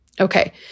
Okay